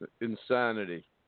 insanity